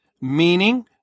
meaning